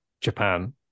Japan